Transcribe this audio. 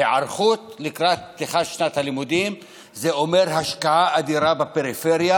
היערכות לקראת פתיחת שנת הלימודים זה אומר השקעה אדירה בפריפריה,